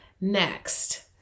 next